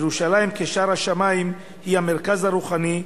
ירושלים כשער השמים היא המרכז הרוחני,